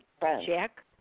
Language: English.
Jack